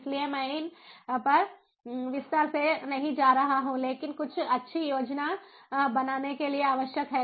इसलिए मैं इन पर विस्तार से नहीं जा रहा हूं लेकिन कुछ अच्छी योजना बनाने के लिए आवश्यक है